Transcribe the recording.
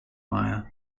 wire